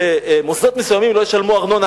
שמוסדות מסוימים לא ישלמו ארנונה.